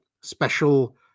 special